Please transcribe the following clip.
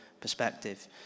perspective